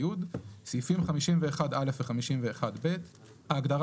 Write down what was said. לכל יחידות הדיור ולכל האנשים שמתגוררים